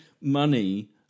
money